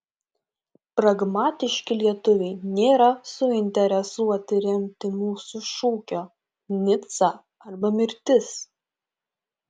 pragmatiški lietuviai nėra suinteresuoti remti mūsų šūkio nica arba mirtis